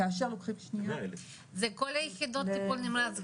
כאשר לוקחים --- זה כל היחידות טיפול נמרץ,